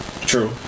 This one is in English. True